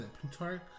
Plutarch